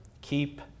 keep